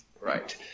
Right